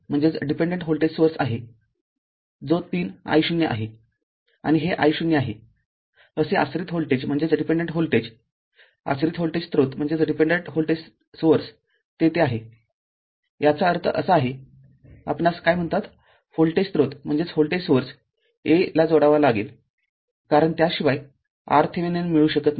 तर तेथे एक आश्रित व्होल्टेज स्त्रोत आहे जो ३ i0 आहे आणि हे i0 आहे असे आश्रित व्होल्टेज आश्रित व्होल्टेज स्रोत तेथे आहेयाचा अर्थ असा आहे आपणास काय म्हणतात व्होल्टेज स्रोत a ला जोडावा लागेल कारण त्याशिवाय RThevenin मिळू शकत नाही